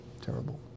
terrible